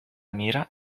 mira